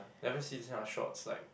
never see this kind of shorts like